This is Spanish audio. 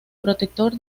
protector